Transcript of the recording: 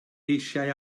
eisiau